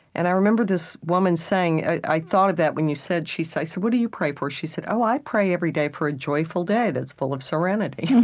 and i remember this woman saying i thought of that when you said she so i said, what do you pray for? she said, oh, i pray every day for a joyful day that's full of serenity. and